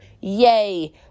Yay